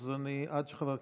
אז עד שחברת